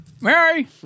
Mary